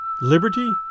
Liberty